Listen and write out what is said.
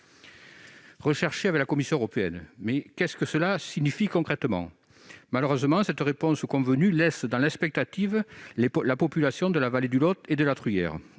recherchée avec la Commission européenne. Mais qu'est-ce que cela signifie concrètement ? Malheureusement, cette réponse convenue laisse dans l'expectative la population de la vallée du Lot et de la Truyère.